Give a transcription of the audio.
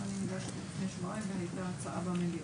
גם אני הגשתי לפני שבועיים הצעה במליאה.